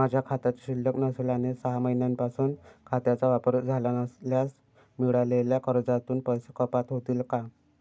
माझ्या खात्यात शिल्लक नसेल आणि सहा महिन्यांपासून खात्याचा वापर झाला नसल्यास मिळालेल्या कर्जातून पैसे कपात होतील का?